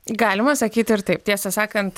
galima sakyti ir taip tiesą sakant